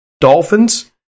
Dolphins